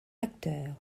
acteurs